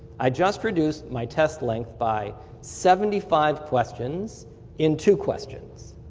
i just reduced my test length by seventy five questions in two questions.